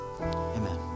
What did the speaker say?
amen